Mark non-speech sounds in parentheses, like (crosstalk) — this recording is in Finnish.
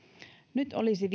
nyt olisi (unintelligible)